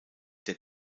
der